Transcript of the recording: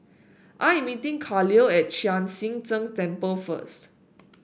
I am meeting Kahlil at Chek Sian Tng Temple first